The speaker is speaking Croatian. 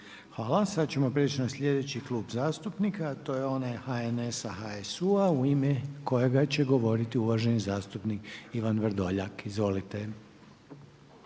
Hvala. Sad ćemo prijeći na sljedeći klub zastupnika, a to je onaj HNS-a i HSU-a u ime kojega će govoriti uvaženi zastupnik Ivan Vrdoljak, izvolite.